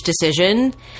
decision